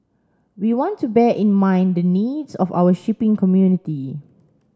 we want to bear in mind the needs of our shipping community